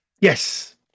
Yes